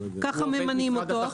כך ממנים אותו,